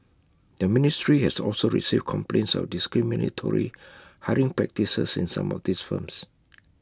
the ministry has also received complaints of discriminatory hiring practices in some of these firms